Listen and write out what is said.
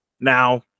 Now